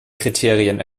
kriterien